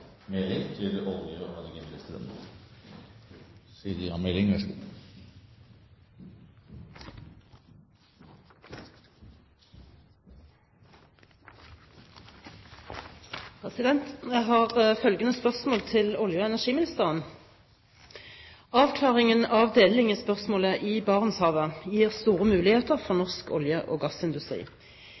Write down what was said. har følgende spørsmål til olje- og energiministeren: «Avklaringen av delelinjespørsmålet i Barentshavet gir store muligheter for norsk olje- og gassindustri.